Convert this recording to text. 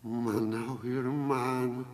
manau ir man